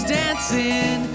dancing